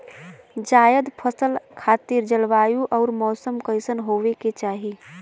जायद फसल खातिर जलवायु अउर मौसम कइसन होवे के चाही?